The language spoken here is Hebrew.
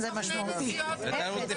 לתיירות נכנסת.